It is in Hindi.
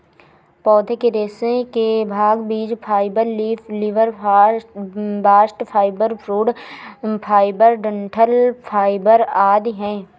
पौधे के रेशे के भाग बीज fibre, leaf fibre, bast fibre, fruit fibre, डंठल फाइबर आदि है